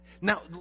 Now